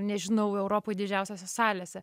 nežinau europoj didžiausiose salėse